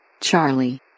Charlie